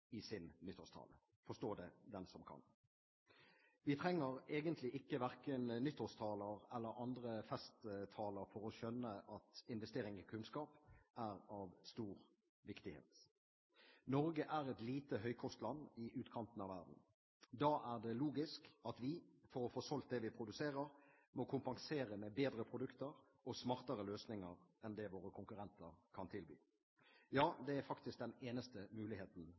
sin nyttårstale. Forstå det den som kan. Vi trenger egentlig verken nyttårstaler eller andre festtaler for å skjønne at investering i kunnskap er av stor viktighet. Norge er et lite høykostland i utkanten av verden. Da er det logisk at vi – for å få solgt det vi produserer – må kompensere med bedre produkter og smartere løsninger enn det våre konkurrenter kan tilby. Ja, det er faktisk den eneste muligheten